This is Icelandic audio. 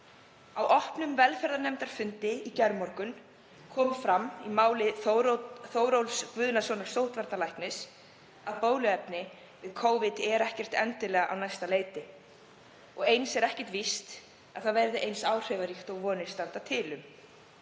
Á opnum velferðarnefndarfundi í gærmorgun kom fram í máli Þórólfs Guðnasonar sóttvarnalæknis að bóluefni við Covid er ekkert endilega á næsta leiti og eins er ekkert víst að það verði eins áhrifaríkt og vonir standa til.